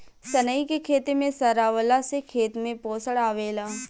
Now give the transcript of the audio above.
सनई के खेते में सरावला से खेत में पोषण आवेला